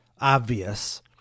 obvious